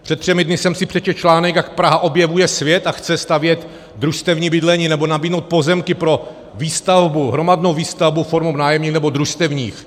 Před třemi dny jsem si přečetl článek, jak Praha objevuje svět a chce stavět družstevní bydlení nebo nabídnout pozemky pro výstavbu, hromadnou výstavbu formou nájemní nebo družstevní.